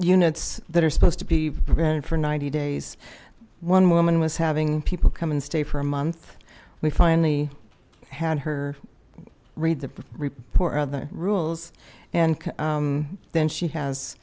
nits that are supposed to be prevented for ninety days one woman was having people come and stay for a month we finally had her read the report other rules and then she has